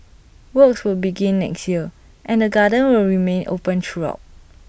works will begin next year and the garden will remain open throughout